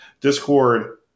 Discord